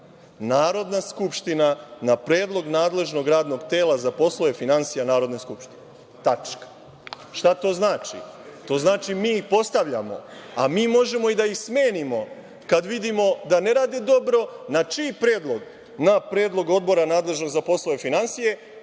Narodna skupština na predlog nadležnog radnog tela za poslove finansija Narodne skupštine, tačka. Šta to znači? To znači mi ih postavljamo, a mi možemo i da ih smenimo kad vidimo da ne rade dobro, na čiji predlog? Na predlog Odbora nadležnog za poslove finansija.